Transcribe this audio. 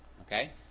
Okay